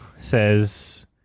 says